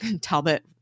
Talbot